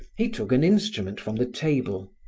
he took an instrument from the table.